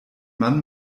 mann